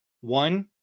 One